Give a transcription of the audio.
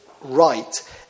right